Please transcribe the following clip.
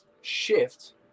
shift